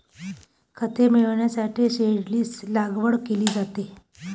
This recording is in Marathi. खते मिळविण्यासाठी सीव्हीड्सची लागवड केली जाते